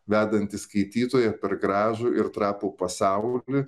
vedantį skaitytoją per gražų ir trapų pasaulį